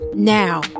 Now